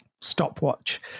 stopwatch